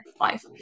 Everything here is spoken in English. life